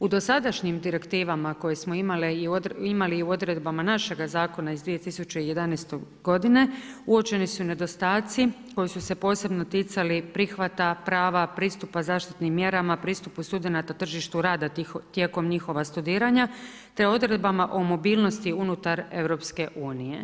U dosadašnjim direktivama koje smo imali i u odredbama našega Zakona iz 2011. godine uočeni su nedostatci koji su se posebno ticali prihvata prava pristupa zaštitnim mjerama, pristupu studenata tržištu rada tijekom njihova studiranja te odredbama o mobilnosti EU.